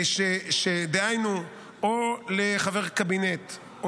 דהיינו לחבר קבינט,